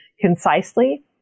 concisely